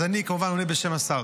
אני עונה בשם השר,